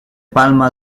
palma